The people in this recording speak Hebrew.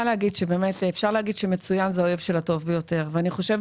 באמת אפשר להגיד שמצוין זה האויב של הטוב ביותר ואני חושבת